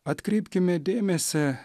atkreipkime dėmesį